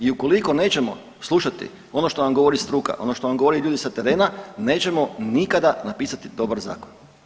I ukoliko nećemo slušati ono što nam govori struka, ono što nam govore ljudi sa terena nećemo nikada napisati dobar zakon.